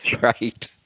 Right